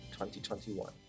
2021